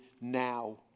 now